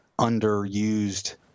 underused –